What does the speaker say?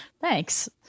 thanks